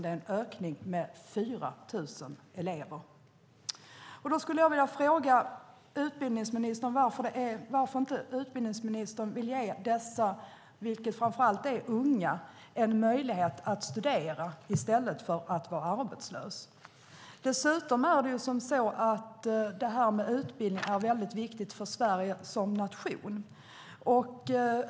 Det är en ökning med 4 000 elever. Varför vill inte utbildningsministern ge dessa framför allt unga en möjlighet att studera i stället för att vara arbetslösa? Utbildning är viktigt för Sverige som nation.